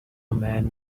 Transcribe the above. man